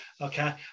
okay